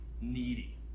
needy